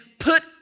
put